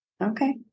Okay